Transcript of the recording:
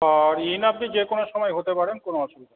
আর ইন আপনি যে কোনো সময় হতে পারেন কোনো অসুবিধা নেই